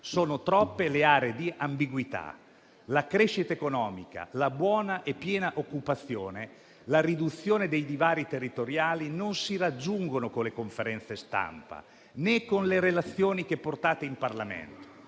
Sono troppe le aree di ambiguità. La crescita economica, la buona e piena occupazione, la riduzione dei divari territoriali non si raggiungono con le conferenze stampa, né con le relazioni che portate in Parlamento;